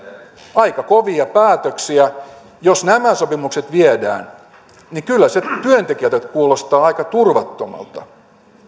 aika kovia päätöksiä jos nämä sopimukset viedään niin kyllä se työntekijöistä kuulostaa aika turvattomalta